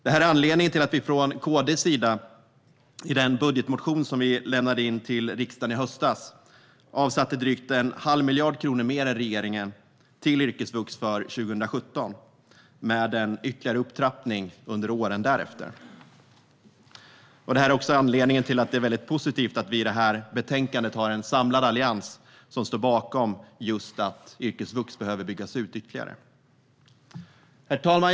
Det här är anledningen till att vi från KD:s sida i den budgetmotion som vi lämnade in till riksdagen i höstas avsatte drygt en halv miljard kronor mer än regeringen till yrkesvux för 2017 och en ytterligare upptrappning under åren därefter. Det är positivt att vi i betänkandet har en samlad allians för att yrkesvux behöver byggas ut ytterligare. Herr talman!